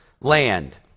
land